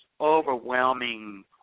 overwhelming